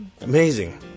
amazing